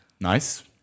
Nice